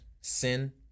sin